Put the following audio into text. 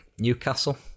Newcastle